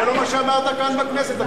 זה לא מה שאמרת כאן בכנסת,